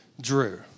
Drew